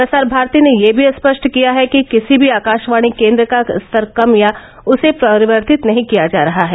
प्रसार भारती ने यह भी स्पष्ट किया है कि किसी भी आकाशवाणी केन्द्र का स्तर कम या उसे परिवर्तित नहीं किया जा रहा है